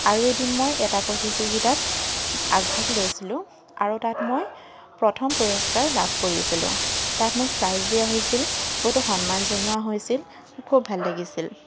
আৰু এদিন মই এটা প্ৰতিযোগীতাত আগভাগ লৈছিলো আৰু তাত মই প্ৰথম পুৰষ্কাৰ লাভ কৰিছিলোঁ তাত মোক প্ৰাইজ দিয়া হৈছিল বহুতো সন্মান জনোৱা হৈছিল খুব ভাল লাগিছিল